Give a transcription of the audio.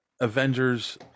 avengers